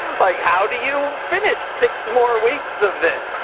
like how do you finish six more weeks of this?